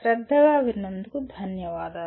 చాలా ధన్యవాదాలు